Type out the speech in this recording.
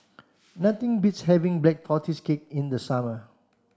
nothing beats having black tortoise cake in the summer